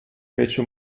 fece